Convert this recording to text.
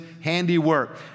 handiwork